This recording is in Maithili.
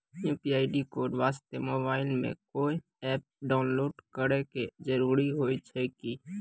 यु.पी.आई कोड वास्ते मोबाइल मे कोय एप्प डाउनलोड करे के जरूरी होय छै की?